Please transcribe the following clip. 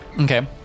Okay